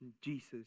Jesus